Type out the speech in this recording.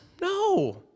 No